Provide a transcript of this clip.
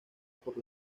por